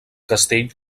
castell